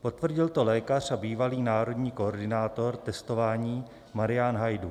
Potvrdil to lékař a bývalý národní koordinátor testování Marián Hajdúch.